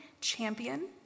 champion